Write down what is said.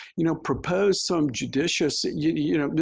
you know, propose some judicious, you know,